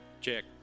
Check